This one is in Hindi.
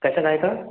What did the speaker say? कैसा रहता